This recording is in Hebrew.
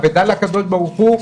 אבדה לקדוש ברוך הוא,